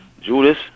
Judas